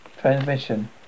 transmission